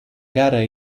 gara